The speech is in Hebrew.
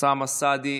אוסאמה סעדי,